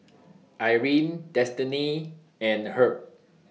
Irene Destiney and Herb